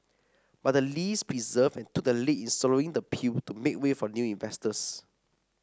but the lees persevered and took the lead in swallowing the pill to make way for new investors